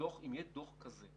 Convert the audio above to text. כאן